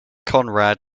conrad